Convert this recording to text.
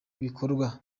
bikorwa